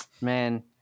man